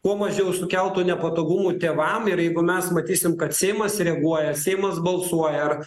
kuo mažiau sukeltų nepatogumų tėvam ir jeigu mes matysim kad seimas reaguoja seimas balsuoja ar